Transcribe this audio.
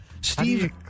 Steve